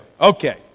Okay